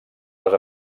les